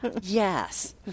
yes